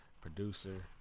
Producer